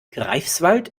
greifswald